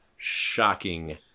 Shocking